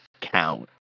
count